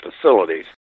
facilities